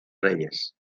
reyes